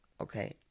Okay